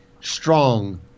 strong